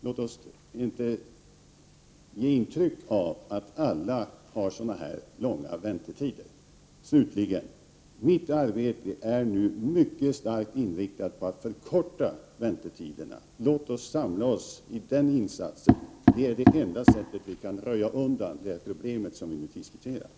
Låt oss inte ge intryck av att alla har så här långa väntetider! Slutligen: Mitt arbete är nu mycket starkt inriktat på att förkorta väntetiderna. Låt oss samlas i den insatsen! Det är enda sättet att röja undan de problem som vi nu diskuterar.